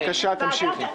בבקשה, תמשיכי.